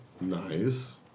Nice